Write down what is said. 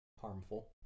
harmful